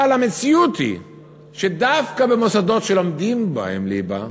אבל המציאות היא שדווקא במוסדות שלומדים בהם ליבה,